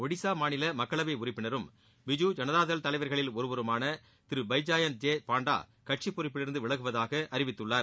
ஒடிசா மாநில மக்களவை உறுப்பினரும் பிஜு ஜனதாதள் தலைவர்களில் ஒருவருமான திரு பைஜாயந்த் ஜே பான்டா கட்சி பொறுப்பிலிருந்து விலகுவதாக அறிவித்துள்ளார்